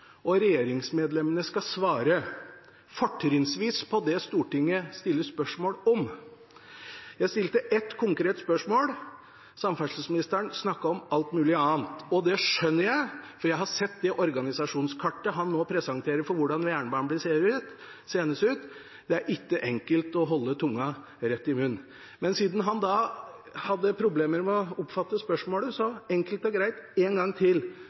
og regjeringsmedlemmene skal svare, fortrinnsvis på det Stortinget stiller spørsmål om. Jeg stilte et konkret spørsmål. Samferdselsministeren snakket om alt mulig annet. Det skjønner jeg, for jeg har sett det organisasjonskartet han nå presenterer for hvordan jernbanen blir seende ut – det er ikke enkelt å holde tunga rett i munnen. Men siden han hadde problemer med å oppfatte spørsmålet, så, enkelt og greit, en gang til: